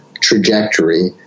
trajectory